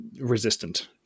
resistant